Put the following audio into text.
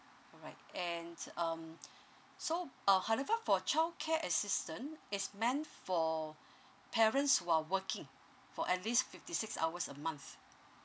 alright and um so uh however for childcare assistant it's meant for parents while working for at least fifty six hours a month